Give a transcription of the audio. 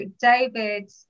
David